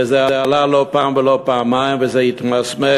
וזה עלה לא פעם ולא פעמיים, וזה התמסמס.